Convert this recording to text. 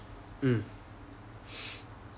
mm